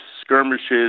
skirmishes